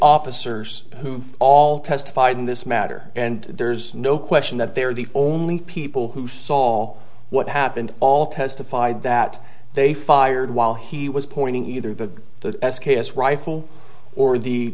officers who all testified in this matter and there's no question that they're the only people who saw what happened all testified that they fired while he was pointing either the the s k s rifle or the